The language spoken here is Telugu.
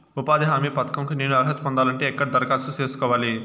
ఉపాధి హామీ పథకం కు నేను అర్హత పొందాలంటే ఎక్కడ దరఖాస్తు సేసుకోవాలి?